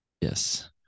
yes